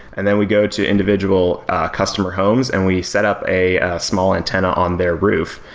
and then we go to individual customer homes and we set up a small antenna on their roof.